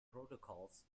protocols